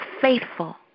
faithful